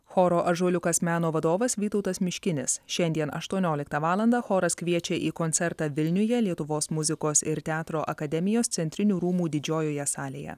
choro ąžuoliukas meno vadovas vytautas miškinis šiandien aštuonioliktą valandą choras kviečia į koncertą vilniuje lietuvos muzikos ir teatro akademijos centrinių rūmų didžiojoje salėje